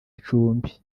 icumbi